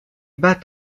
bat